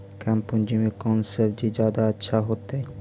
कम पूंजी में कौन सब्ज़ी जादा अच्छा होतई?